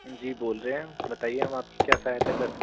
जी बोल रहे है बताइए हम आपकी क्या सहायता कर सकते हैं